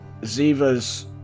Ziva's